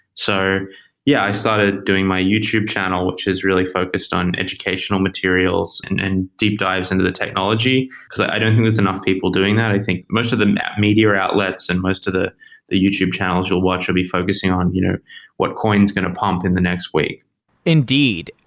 so yeah, i started doing my youtube channel, which is really focused on educational materials and and deep-dives into the technology the technology, because i don't think there's enough people doing that. i think most of them at media or outlets and most of the the youtube channels you'll watch will be focusing on you know what coin is going to pump in the next week indeed.